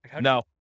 No